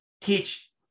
teach